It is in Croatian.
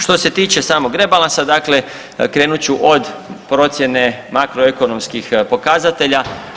Što se tiče samog rebalansa dakle krenut ću od procjene makroekonomskih pokazatelja.